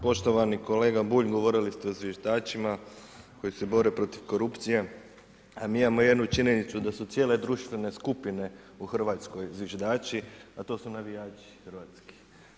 Poštovani kolega Bulj, govorili ste o zviždačima koji se bore protiv korupcije, a mi imamo jednu činjenicu, da su cijele društvene skupine u Hrvatskoj zviždači, a to su navijači Hrvatske.